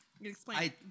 Explain